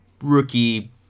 rookie